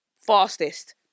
fastest